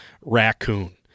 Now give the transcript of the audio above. raccoon